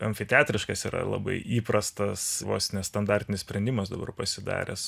amfiteatriškas yra labai įprastas vos ne standartinis sprendimas dabar pasidaręs